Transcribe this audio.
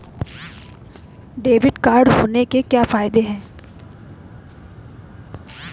Debit card होने के क्या फायदे हैं?